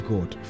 God